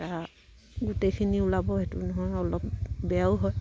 এটা গোটেইখিনি ওলাব সেইটো নহয় অলপ বেয়াও হয়